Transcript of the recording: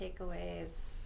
takeaways